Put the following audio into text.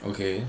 okay